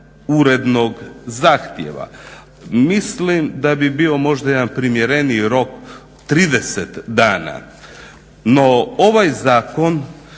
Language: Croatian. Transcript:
urednog zahtjeva. Mislim da bi bio možda jedan primjereniji rok 30 dana. No, ovaj zakon